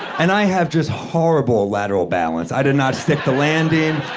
and i have just horrible lateral balance. i did not stick the landing.